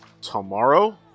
Tomorrow